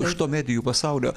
iš to iš to medijų pasaulio